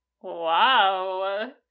wow